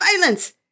violence